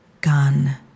gun